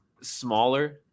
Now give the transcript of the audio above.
smaller